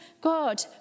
God